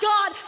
God